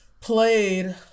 Played